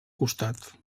costat